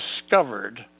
discovered